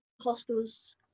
hostels